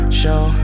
show